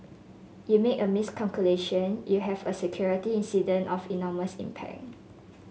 you make a miscalculation you have a security incident of enormous impact